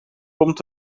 komt